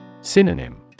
Synonym